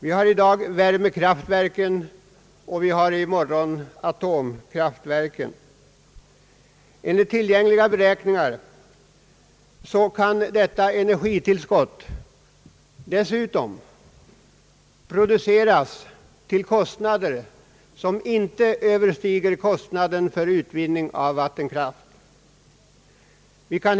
Det finns i dag värmekraftverk och i morgon atomkraftverk, och enligt tillgängliga beräkningar kan energitillskotten från dessa produceras till kostnader som inte överstiger kostnaderna för utvinning av vattenkraft. Tidigare har atomkraften bedömts bli avsevärt dyrare, men en förändring har inträtt.